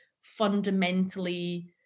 fundamentally